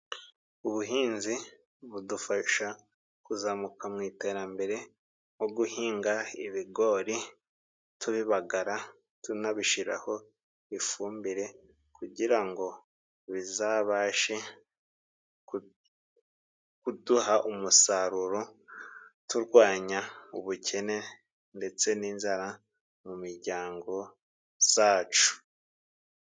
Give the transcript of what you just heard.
Ubuhinzi budufasha kuzamuka mu iterambere, nko guhinga ibigori, tubibagara tunabishyiraho ifumbire, kugira ngo bizabashe kuduha umusaruro ,turwanya ubukene ndetse n'inzara mu miryango zacu.